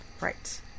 Right